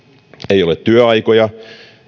ei ole työaikoja